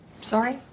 Sorry